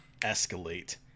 escalate